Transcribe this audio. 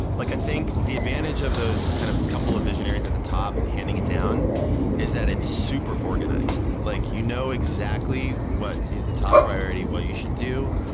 like i think the advantage of those kind of couple of visionaries at the top handing it down is that it's super organized. like you know exactly what is the top priority what you should do.